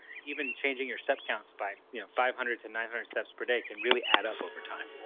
even changing your step counts by you know five hundred to nine hundred steps per day can really add up over time.